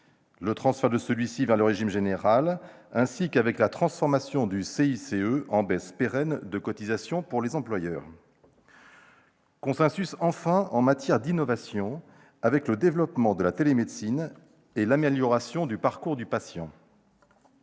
son transfert vers le régime général, ainsi qu'avec la transformation du CICE en baisse pérenne de cotisations pour les employeurs. Consensus, en matière d'innovation, enfin, avec le développement de la télémédecine et l'amélioration du parcours de soins